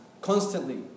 constantly